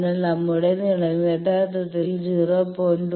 അതിനാൽ നമ്മുടെ നീളം യഥാർത്ഥത്തിൽ 0